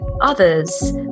others